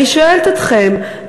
אני שואלת אתכם,